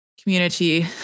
community